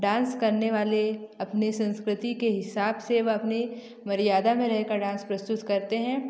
dance करने वाले अपने संस्कृति के हिसाब से वह अपनी मर्यादा में रहकर डांस प्रस्तुत करते हैं